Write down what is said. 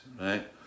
right